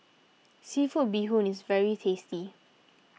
Seafood Bee Hoon is very tasty